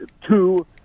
two